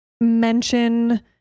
mention